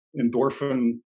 endorphin